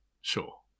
Sure